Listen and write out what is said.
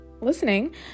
listening